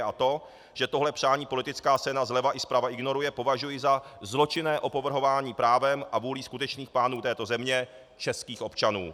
A to, že tohle přání politická scéna zleva i zprava ignoruje, považuji za zločinné opovrhování právem a vůlí skutečných pánů této země, českých občanů.